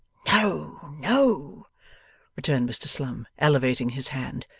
no, no returned mr slum, elevating his hand.